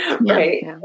Right